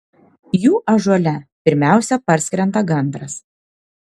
jų ąžuole pirmiausia parskrenda gandras